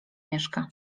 mieszka